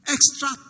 Extra